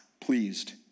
pleased